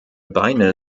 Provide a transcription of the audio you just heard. beine